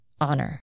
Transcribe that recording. honor